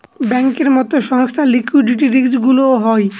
ব্যাঙ্কের মতো সংস্থার লিকুইডিটি রিস্কগুলোও হয়